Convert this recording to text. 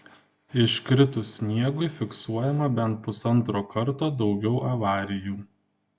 iškritus sniegui fiksuojama bent pusantro karto daugiau avarijų